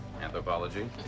anthropology